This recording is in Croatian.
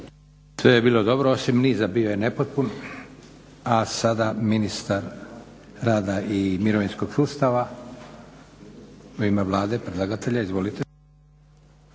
Sve je bilo dobro osim niza bio je nepotpun. A sada ministar rada i mirovinskog sustava u ime Vlade predlagatelja. Izvolite.